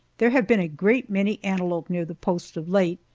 there have been a great many antelope near the post of late,